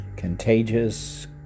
Contagious